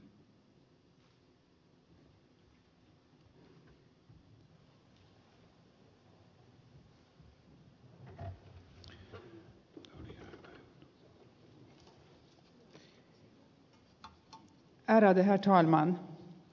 ärade herr talman